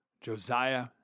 josiah